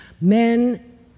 Men